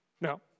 No